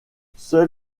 seul